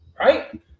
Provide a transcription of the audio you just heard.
right